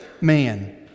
man